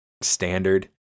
standard